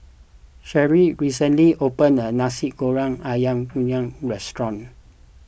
Sherie recently opened a Nasi Goreng Ayam Kunyit restaurant